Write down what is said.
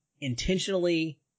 intentionally